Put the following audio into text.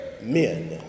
men